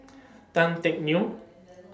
Tan Teck Neo